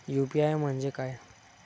UPI म्हणजे काय?